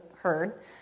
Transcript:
heard